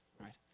right